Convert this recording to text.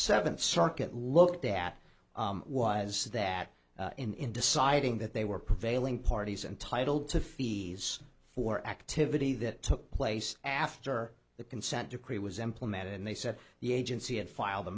seventh circuit looked at was that in deciding that they were prevailing parties and title to fees for activity that took place after the consent decree was implemented and they said the agency had filed a